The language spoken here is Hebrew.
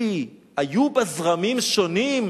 היו בה זרמים שונים,